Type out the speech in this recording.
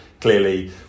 clearly